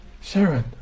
Sharon